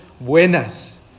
buenas